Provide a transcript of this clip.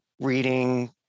reading